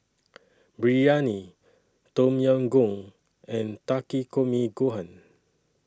Biryani Tom Yam Goong and Takikomi Gohan